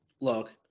Look